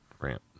ramp